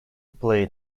played